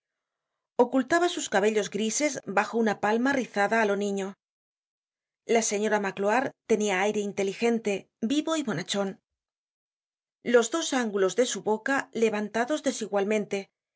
ocultaba sus cabellos grises bajo una palma rizada á lo niño la señora magloire tenia aire inteligente vivo y bonachon los dos án gulos de su boca levantados desigualmente